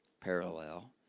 parallel